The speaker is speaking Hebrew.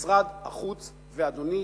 משרד החוץ, ואדוני